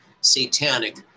satanic